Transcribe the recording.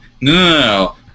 no